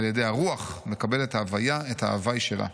על ידי הרוח מקבלת ההוויה את ההווי שלה.